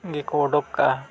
ᱜᱮᱠᱚ ᱩᱰᱩᱠ ᱟᱠᱟᱜᱼᱟ